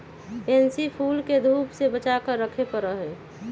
pansy फूल के धूप से बचा कर रखे पड़ा हई